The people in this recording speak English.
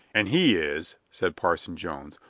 and he is, said parson jones,